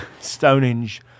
Stonehenge